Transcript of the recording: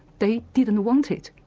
they didn't want it.